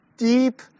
deep